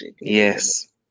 Yes